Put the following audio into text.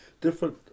different